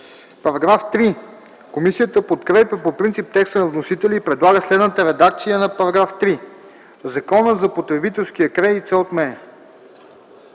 ДИМИТРОВ: Комисията подкрепя по принцип текста на вносителя и предлага следната редакция на § 3: „§ 3. Законът за потребителския кредит (обн.,